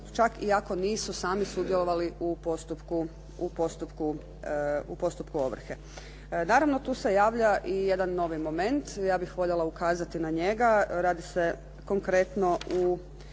čak i ako nisu sami sudjelovali u postupku ovrhe. Naravno tu se javlja i jedan novi moment. Ja bih voljela ukazati na njega. Radi se konkretno o